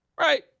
right